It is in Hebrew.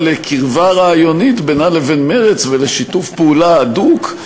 לקרבה רעיונית בינה לבין מרצ ולשיתוף פעולה הדוק.